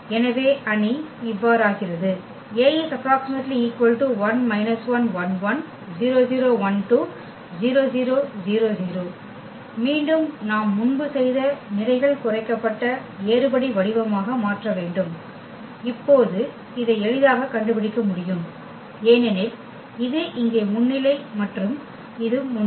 எனவே அணி இவ்வாறாகிறது மீண்டும் நாம் முன்பு செய்த நிரைகள் குறைக்கப்பட்ட ஏறுபடி வடிவமாக மாற்ற வேண்டும் இப்போது இதை எளிதாகக் கண்டுபிடிக்க முடியும் ஏனெனில் இது இங்கே முன்னிலை மற்றும் இது முன்னிலை